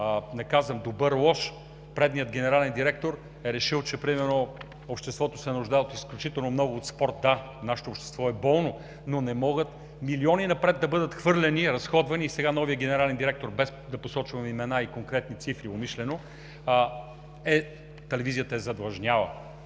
не казвам добър или лош – предишният генерален директор е решил, примерно, че обществото се нуждае изключително много от спорт. Да, нашето общество е болно, но не могат милиони напред да бъдат хвърлени, разходвани и сега новият генерален директор, без да посочвам имена и конкретни цифри умишлено, телевизията е задлъжняла.